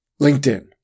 LinkedIn